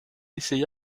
essaya